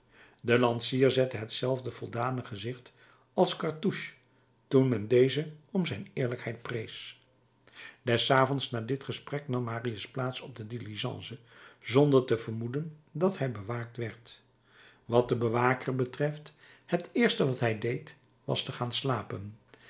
de lansier zette hetzelfde voldane gezicht als cartouche toen men dezen om zijn eerlijkheid prees des avonds na dit gesprek nam marius plaats op de diligence zonder te vermoeden dat hij bewaakt werd wat den bewaker betreft het eerst wat hij deed was te gaan slapen